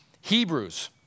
Hebrews